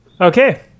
okay